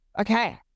okay